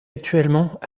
actuellement